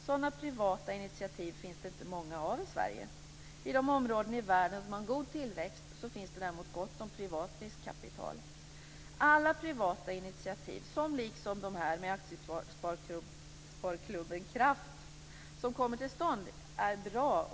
Sådana privata initiativ finns det inte många av i Sverige. I de områden i världen som har en god tillväxt finns det däremot gott om privat riskkapital. Alla privata initiativ som liksom detta med aktiesparklubben Kraft kommer till stånd är bra.